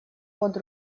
под